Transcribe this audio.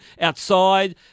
outside